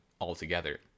altogether